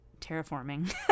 terraforming